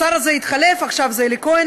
השר התחלף ועכשיו זה אלי כהן.